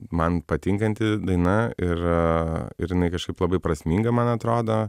man patinkanti daina ir ir jinai kažkaip labai prasminga man atrodo